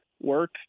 Work